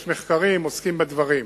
ויש מחקרים שעוסקים בדברים.